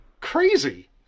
crazy